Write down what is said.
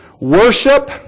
Worship